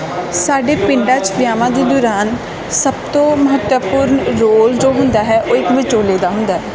ਸਾਡੇ ਪਿੰਡਾਂ 'ਚ ਵਿਆਹਾਂ ਦੀ ਦੌਰਾਨ ਸਭ ਤੋਂ ਮਹੱਤਵਪੂਰਨ ਰੋਲ ਜੋ ਹੁੰਦਾ ਹੈ ਉਹ ਇੱਕ ਵਿਚੋਲੇ ਦਾ ਹੁੰਦਾ